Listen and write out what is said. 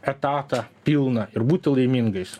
etatą pilną ir būti laimingais